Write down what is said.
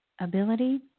ability